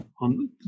on